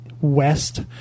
west